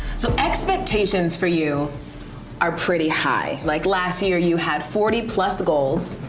so, expectations for you are pretty high. like last year you had forty plus goals.